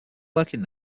working